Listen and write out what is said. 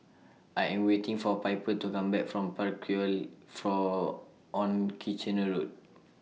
I Am waiting For Piper to Come Back from Parkroyal For on Kitchener Road